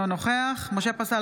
אינו נוכח משה פסל,